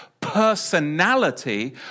personality